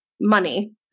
money